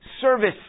service